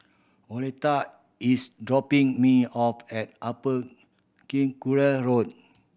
Oleta is dropping me off at Upper Circular Road